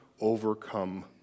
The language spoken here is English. overcome